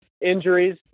injuries